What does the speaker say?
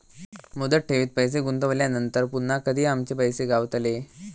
मुदत ठेवीत पैसे गुंतवल्यानंतर पुन्हा कधी आमचे पैसे गावतले?